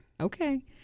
Okay